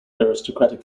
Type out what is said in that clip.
aristocratic